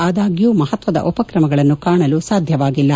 ಆದಾಗ್ಲೂ ಮಹತ್ತದ ಉಪಕ್ರಮಗಳನ್ನು ಕಾಣಲು ಸಾಧ್ಯವಾಗಿಲ್ಲ